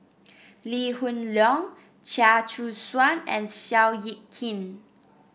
Lee Hoon Leong Chia Choo Suan and Seow Yit Kin